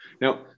Now